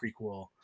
prequel